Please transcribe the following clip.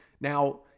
Now